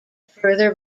further